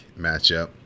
matchup